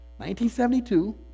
1972